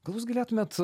gal jūs galėtumėt